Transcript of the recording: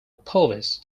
pelvis